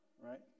right